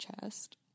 chest